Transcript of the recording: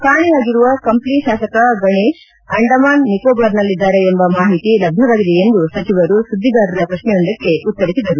ಕಾಣೆಯಾಗಿರುವ ಕಂಪ್ಲಿ ಶಾಸಕ ಗಣೇಶ್ ಅಂಡಮಾನ್ ನಿಕೋಬಾರ್ನಲ್ಲಿದ್ದಾರೆ ಎಂಬ ಮಾಹಿತಿ ಲಭ್ಯವಾಗಿದೆ ಎಂದು ಸಚಿವರು ಸುದ್ದಿಗಾರರ ಪ್ರಶ್ನೆಯೊಂದಕ್ಕೆ ಉತ್ತರಿಸಿದರು